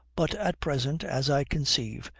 but at present, as i conceive,